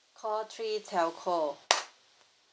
call three telco